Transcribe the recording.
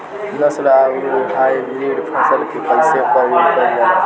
नस्ल आउर हाइब्रिड फसल के कइसे प्रयोग कइल जाला?